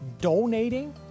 donating